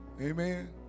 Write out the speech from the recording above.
Amen